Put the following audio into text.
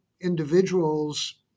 individuals